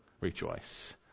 rejoice